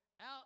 out